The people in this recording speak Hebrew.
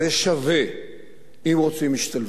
זה שווה אם רוצים השתלבות.